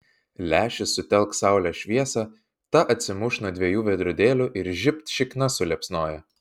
lęšis sutelks saulės šviesą ta atsimuš nuo dviejų veidrodėlių ir žibt šikna suliepsnoja